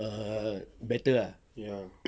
err better ah